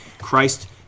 Christ